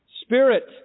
Spirit